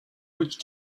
which